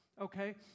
okay